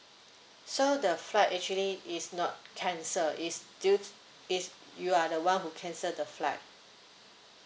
so the flight actually it's not cancelled it's due t~ is you are the one who cancelled the flight